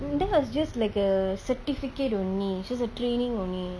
mm that was just like a certificate only just a training only